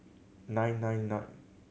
nine nine nine